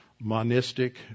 monistic